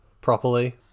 properly